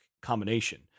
combination